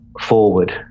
forward